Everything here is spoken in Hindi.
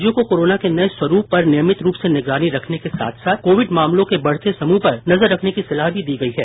राज्यों को कोरोना के नए स्वरूप पर नियमित रूप से निगरानी रखने के साथ साथ कोविड मामलों के बढ़ते समूह पर नजर रखने की सलाह भी दी गई है